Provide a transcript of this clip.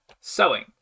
sewing